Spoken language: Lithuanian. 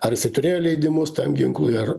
ar jisai turėjo leidimus tam ginklui ar